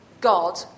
God